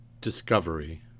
Discovery